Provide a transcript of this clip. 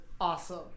awesome